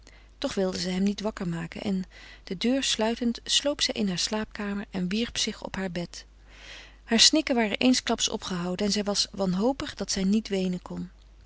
toch wilde zij hem niet wakker maken en de deur sluitend sloop zij in hare slaapkamer en wierp zich op haar bed hare snikken waren eensklaps opgehouden en zij was wanhopig dat zij niet weenen kon